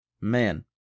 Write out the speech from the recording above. Man